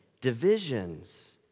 divisions